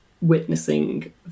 witnessing